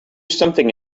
something